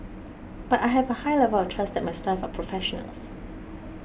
but I have a high level of trust that my staff are professionals